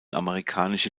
amerikanische